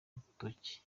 rutoki